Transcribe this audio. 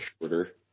shorter